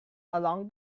along